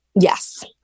Yes